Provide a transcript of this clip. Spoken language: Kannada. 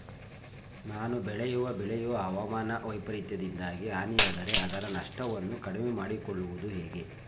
ನಾನು ಬೆಳೆಯುವ ಬೆಳೆಯು ಹವಾಮಾನ ವೈಫರಿತ್ಯದಿಂದಾಗಿ ಹಾನಿಯಾದರೆ ಅದರ ನಷ್ಟವನ್ನು ಕಡಿಮೆ ಮಾಡಿಕೊಳ್ಳುವುದು ಹೇಗೆ?